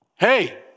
Hey